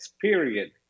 period